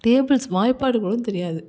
tables வாய்ப்பாடு கூட தெரியாது